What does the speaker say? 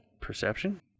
Perception